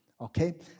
Okay